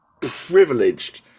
privileged